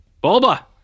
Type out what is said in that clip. Bulba